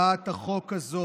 חוות הדעת של,